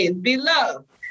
Beloved